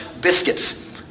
biscuits